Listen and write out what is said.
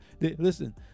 listen